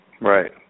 Right